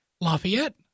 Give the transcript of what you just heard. Lafayette